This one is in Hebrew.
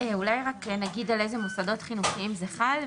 אולי רק נגיד על איזה מוסדות חינוכיים זה חל?